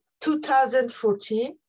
2014